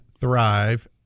thrive